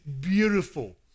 beautiful